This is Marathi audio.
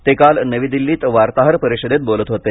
ते काल नवी दिल्लीत वार्ताहार परिषदेत बोलत होते